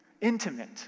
intimate